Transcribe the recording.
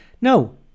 No